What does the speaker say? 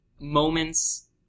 moments